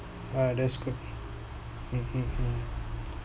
!wah! that's good mm mm mm